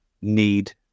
need